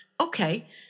okay